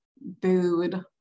booed